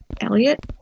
Elliot